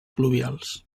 pluvials